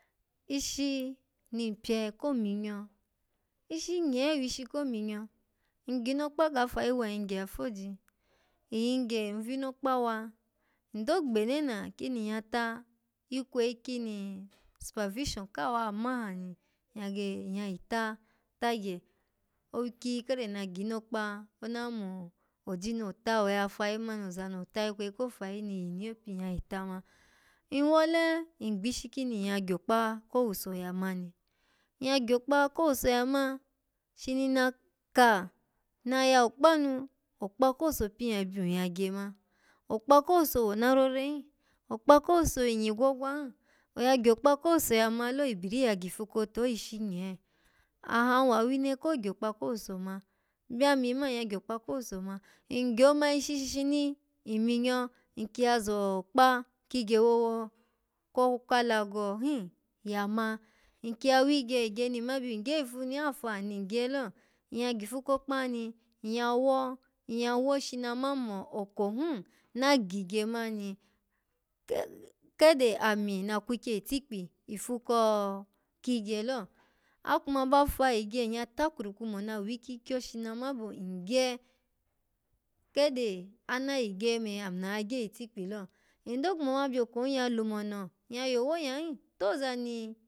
Ishi ni npye ko minyo, ishi nye wishi kominyo nggmokpa ga fayi wa nyya yagye ya foji? Nyyigye nvinokpa wa, ndo gbenena kini nyya ta ikweyi kini supervision kaha wa maha ni, nyya ge-nyya yita tagye owukyi kere na gnokpa ona mo oji nota, oya fayi manbi oza nota ikweyi ko fayi ni yini yo pini nyya yi ta ma nwwole ngbishi kini nyya gyokpa ka owuso ya ma ni nyya gyokpa ko owuso ya ma shini na ka na yawu kpanu, okpa ko owuso pin ya byun ya gye ma okpa ko owuso wona rore hin, okpa ko owuto winyi gwogwan oya gyokpa ko owuso ya ma lo ibiri ya gifu kotu wo ishi nye ahan wawine ko gyokpa ko owuso ma byami man, nyya gyokpa ko owuso ma ngyoma ishi shishini in minyo, nki ya zokpa kigye wowo ka alago hin ya ma nki ya wigye igye ni nma byun gye ifu nu lo, ishi ni afaha ni ngye lo, nyya gifu kokpa ni, nyya wo, nyya wo shina ma mo oko hun na gigye mani, ke-kede ami na kwukye itikpi ifu ko-kigye lo akuma ba fahigye nyya takurku mona wikyikyo shina ma mo ngye kede ana yi gye eme ami na wa gye itikpi lo ngyo kuma ma byoko hin ya lumono, owoya hin toza ni.